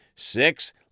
Six